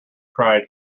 cried